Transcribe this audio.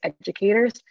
educators